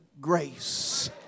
grace